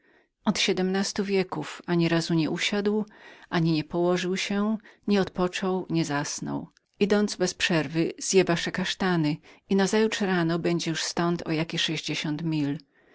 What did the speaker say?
od ośmnastu wieków ani razu me usiadł ani położył się nie odpoczął nie zasnął ciągle idąc przed sobą zje wasze kasztany i nazajutrz rano będzie już ztąd o jakie sześćdziesiąt mil